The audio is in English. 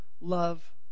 love